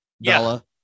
Bella